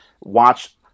watch